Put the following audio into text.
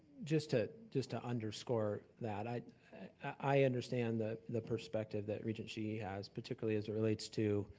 just to just to underscore that. i i understand the the perspective that regent sheehy has, particularly as it relates to,